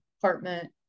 department